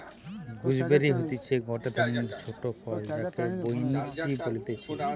gooseberry হতিছে গটে ধরণের ছোট ফল যাকে বৈনচি বলতিছে